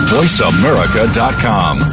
VoiceAmerica.com